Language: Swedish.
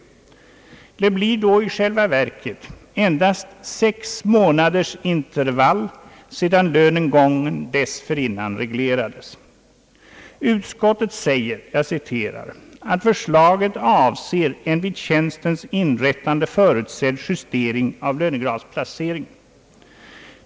Det blir då i själva verket endast sex månaders intervall sedan lönen gången dessförin nan reglerades. Utskottet framhåller, att förslaget avser en vid tjänstens inrättande förutsedd justering av lönegradsplaceringen.